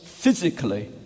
physically